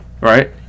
right